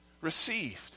received